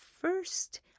First